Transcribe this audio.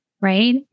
right